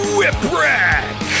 Whiprack